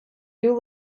you